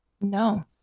no